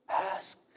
ask